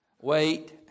Wait